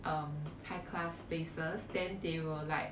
um high class places then they will like